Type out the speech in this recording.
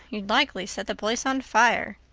you'd likely set the place on fire.